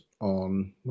on –